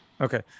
Okay